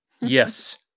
Yes